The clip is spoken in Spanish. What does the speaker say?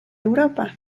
europa